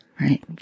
Right